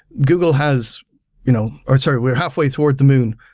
google has you know ah sorry. we're halfway toward the moon.